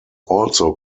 also